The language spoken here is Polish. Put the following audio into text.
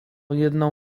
jedną